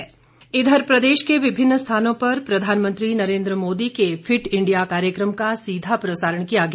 fit India इधर प्रदेश के विभिन्न स्थानों में प्रधानमंत्री नरेन्द्र मोदी के फिट इंडियाकार्यक्रम का सीधा प्रसारण किया गया